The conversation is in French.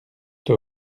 toi